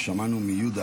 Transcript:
ושמענו מיהודה,